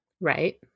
Right